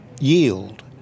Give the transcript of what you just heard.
yield